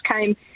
came